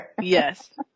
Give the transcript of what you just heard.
Yes